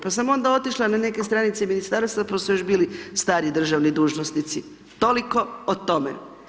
Pa sam onda otišla na neke stranice ministarstva, pa su još bili stari državni dužnosnici, toliko o tome.